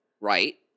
Right